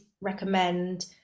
recommend